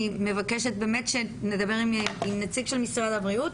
אני מבקשת באמת שנדבר עם נציג של משרד הבריאות.